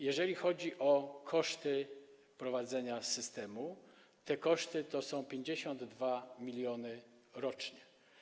Jeżeli chodzi o koszty prowadzenia systemu, te koszty wynoszą 52 mln rocznie.